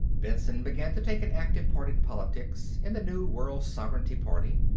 benson began to take an active part in politics in the new world sovereignty party.